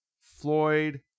Floyd